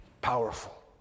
powerful